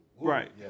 Right